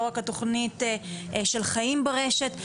לא רק התכנית של חיים ברשת,